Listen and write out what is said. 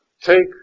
take